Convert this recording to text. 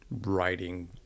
writing